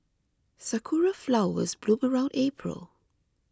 sakura flowers bloom around April